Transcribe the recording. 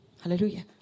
Hallelujah